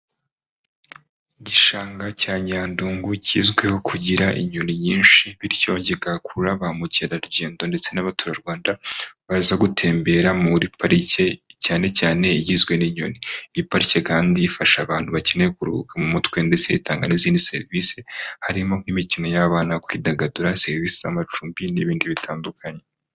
Igishanga cya Nyandungu kizwiho kugira inyoni nyinshi, bityo kigakurura ba mukerarugendo ndetse n'abaturarwanda, baza gutembera muri parike cyane cyane igizwe n'inyoni. Iyi parike kandi ifasha abantu bakeneye kuruhuka mu mutwe, ndetse itanga n'izindi serivisi, harimo nk'imikino y'abana, kwidagadura, serivisi z'amacumbi, n'ibindi bitandukanye.